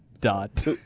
dot